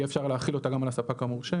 יהיה אפשר להחיל אותה גם על הספק המורשה.